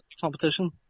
competition